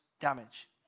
damage